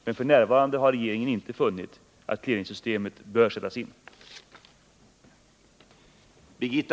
Men regeringen anser inte att clearingsystemet bör sättas in f. n.